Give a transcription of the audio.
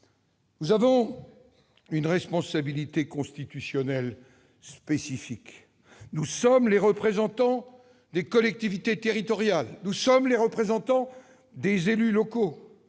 Nous avons une responsabilité constitutionnelle spécifique. Nous sommes les représentants des collectivités territoriales, les représentants des élus locaux.